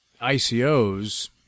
ICOs